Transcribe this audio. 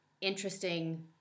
interesting